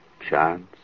chance